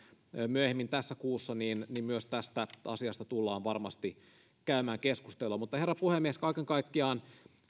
myöhemmin tässä kuussa niin myös tästä asiasta tullaan varmasti käymään keskustelua mutta herra puhemies kaiken kaikkiaan